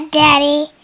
daddy